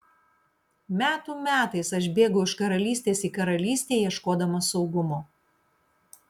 metų metais aš bėgau iš karalystės į karalystę ieškodamas saugumo